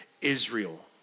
Israel